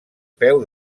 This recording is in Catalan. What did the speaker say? peu